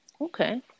Okay